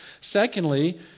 Secondly